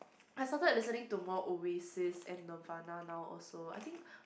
I started listening to more Oasis and Nirvana now also I think